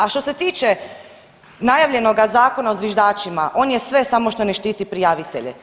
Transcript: A što se tiče najavljenoga Zakona o zviždačima, on je sve samo što ne štiti prijavitelje.